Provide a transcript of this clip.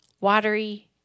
watery